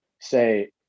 say